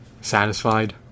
satisfied